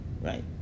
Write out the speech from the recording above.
Right